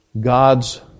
God's